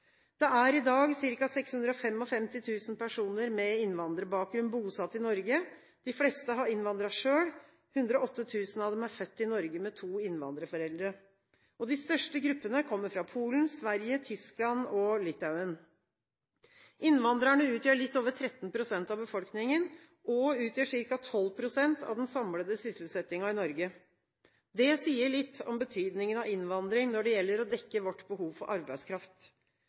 Det er i dag ca. 655 000 personer med innvandrerbakgrunn bosatt i Norge. De fleste har innvandret selv. 108 000 av dem er født i Norge med to innvandrerforeldre. De største gruppene kommer fra Polen, Sverige, Tyskland og Litauen. Innvandrerne utgjør litt over 13 pst. av befolkningen og ca. 12 pst. av den samlede sysselsettingen i Norge. Det sier litt om betydningen av innvandring når det gjelder å dekke vårt behov for arbeidskraft.